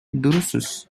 drusus